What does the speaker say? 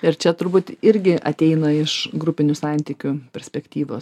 ir čia turbūt irgi ateina iš grupinių santykių perspektyvos